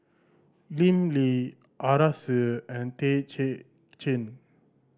Lim Lee Arasu and Tay Kay Chin